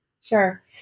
Sure